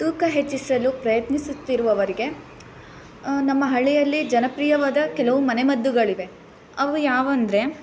ತೂಕ ಹೆಚ್ಚಿಸಲು ಪ್ರಯತ್ನಿಸುತ್ತಿರುವವರಿಗೆ ನಮ್ಮ ಹಳ್ಳಿಯಲ್ಲಿ ಜನಪ್ರಿಯವಾದ ಕೆಲವು ಮನೆಮದ್ದುಗಳಿವೆ ಅವು ಯಾವಂದ್ರೆ